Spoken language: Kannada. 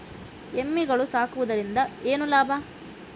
ಎಮ್ಮಿಗಳು ಸಾಕುವುದರಿಂದ ಏನು ಲಾಭ?